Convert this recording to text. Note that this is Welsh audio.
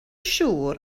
siŵr